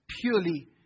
purely